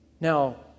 Now